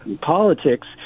politics